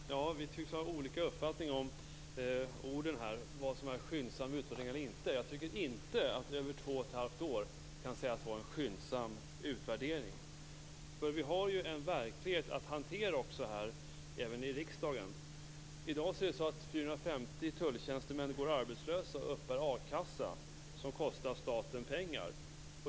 Fru talman! Vi tycks ha olika uppfattning om vad som är en skyndsam utvärdering. Jag tycker inte att en utvärdering som har tagit över två och ett halvt år kan sägas ha skett skyndsamt. Vi har en verklighet att hantera även i riksdagen. I dag går 450 tulltjänstemän arbetslösa, och de uppbär a-kassa som kostar staten pengar.